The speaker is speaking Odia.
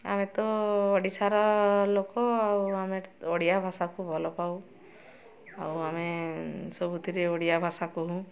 ଆମେ ତ ଓଡ଼ିଶାର ଲୋକ ଆଉ ଆମେ ଓଡ଼ିଆ ଭାଷାକୁ ଭଲ ପାଉ ଆଉ ଆମେ ସବୁଥିରେ ଓଡ଼ିଆଭାଷା କହୁ